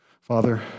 Father